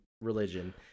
religion